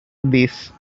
this